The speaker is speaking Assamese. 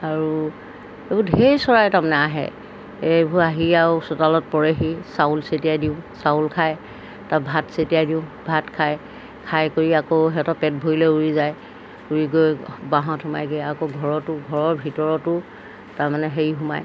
আৰু এইবোৰ ঢেৰ চৰাই তাৰমানে আহে এইবোৰ আহি আৰু চোতালত পৰেহি চাউল ছটিয়াই দিওঁ চাউল খাই তাৰপৰা ভাত ছটিয়াই দিওঁ ভাত খায় খাই কৰি আকৌ সিহঁতৰ পেট ভৰিলে উৰি যায় উৰি গৈ বাঁহত সোমাইগৈ আকৌ ঘৰতো ঘৰৰ ভিতৰতো তাৰমানে হেৰি সোমায়